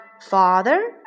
Father